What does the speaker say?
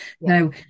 Now